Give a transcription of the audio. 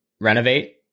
renovate